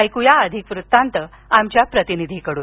ऐक्या अधिक वृत्तांत आमच्या प्रतिनिधीकडून